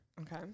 Okay